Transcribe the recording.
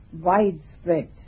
widespread